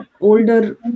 Older